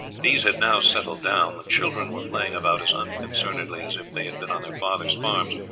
these had now settled down the children were playing about as unconcernedly as if they had been on their fathers' farms